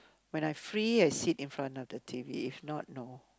when I free I sit in front of the t_v if not no